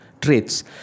traits